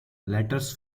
letters